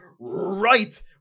right